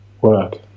work